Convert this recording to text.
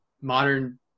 modern